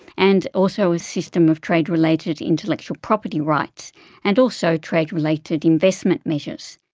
and also a system of trade related intellectual property rights and also trade related investment measures.